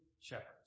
shepherds